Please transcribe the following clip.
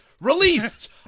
released